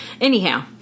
Anyhow